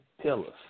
pillars